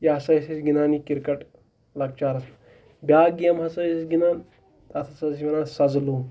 یہِ ہَسا ٲسۍ أسۍ گِنٛدان یہِ کِرکَٹ لۄکچارَس بیٛاکھ گیم ہَسا ٲسۍ أسۍ گِنٛدان تَتھ ہَسا ٲسۍ وَنان سَزٕ لوٚگھ